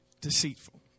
deceitful